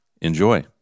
Enjoy